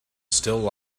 still